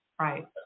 Right